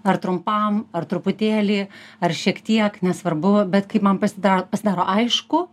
ar trumpam ar truputėlį ar šiek tiek nesvarbu bet kai man pasida pasidaro aišku